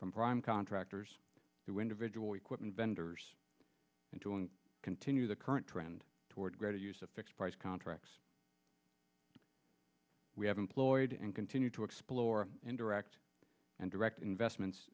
from prime contractors to individual equipment vendors and to continue the current trend toward greater use of fixed price contracts we have employed and continue to explore indirect and direct investments